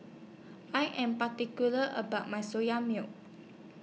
I Am particular about My Soya Milk